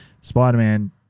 Spider-Man